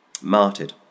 martyred